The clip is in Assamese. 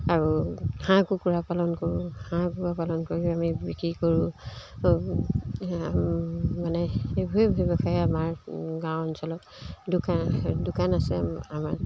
আৰু হাঁহ কুকুৰা পালন কৰোঁ হাঁহ কুকুৰা পালন কৰিও আমি বিক্ৰী কৰোঁ মানে এইব ব্যৱসায় আমাৰ গাঁও অঞ্চলত দোকান দোকান আছে আমাৰ